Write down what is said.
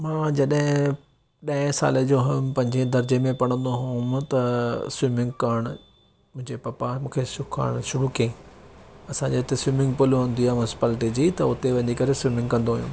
मां जॾहि ॾहें साल जो हुउमि पंजे दर्जे में पढ़ंदो हुउमि त स्विमिंग करण जे पापा मूंखे सेखारणु शुरू कईं असांजे उते स्विमिंग पूल हूंदी आहे म्यूनिसपालिटी जी त उते वञी करे स्विमिंग कंदो हुउमि